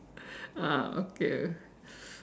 ah okay